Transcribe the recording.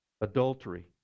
adultery